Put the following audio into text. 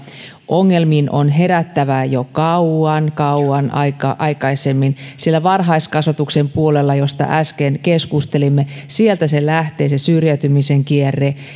ongelmiin on herättävä jo kauan kauan aikaisemmin sillä varhaiskasvatuksen puolelta josta äsken keskustelimme lähtee se syrjäytymisen kierre